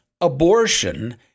abortion